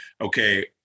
okay